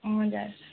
हजुर